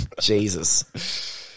Jesus